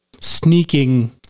sneaking